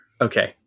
Okay